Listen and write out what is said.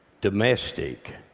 domestic,